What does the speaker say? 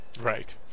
Right